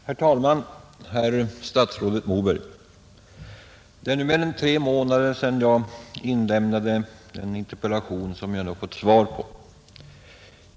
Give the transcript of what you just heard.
Herr talman! Herr statsrådet Moberg! Det är nu mer än tre månader sedan jag inlämnade den interpellation som jag nu har fått svar på.